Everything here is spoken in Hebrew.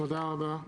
תודה רבה.